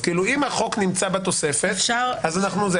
אז כאילו אם החוק נמצא בתוספת, אז אנחנו וכולי.